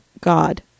God